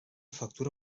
factura